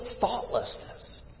thoughtlessness